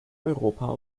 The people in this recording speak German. europa